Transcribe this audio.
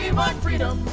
my freedom.